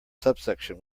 subsection